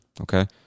Okay